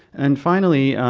and finally,